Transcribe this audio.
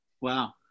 wow